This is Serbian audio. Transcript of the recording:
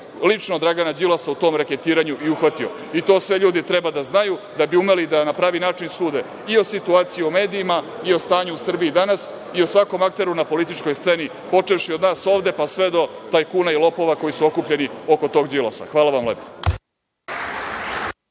lično Dragana Đilasa u tom reketiranju i uhvatio. To sve ljudi treba da znaju da bi umeli da na pravi način sude i o situaciji u medijima, i o stanju u Srbiji danas, i o svakom akteru na političkoj sceni, počevši od nas ovde pa sve do tajkuna i lopova koji su okupljeni oko tog Đilasa. Hvala vam lepo.